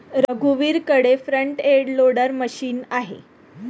रघुवीरकडे front end loader machine आहे